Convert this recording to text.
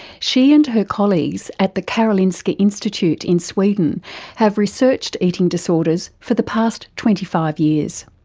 she and her colleagues at the karolinska institute in sweden have researched eating disorders for the past twenty five years.